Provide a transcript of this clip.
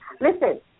Listen